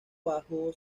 bajo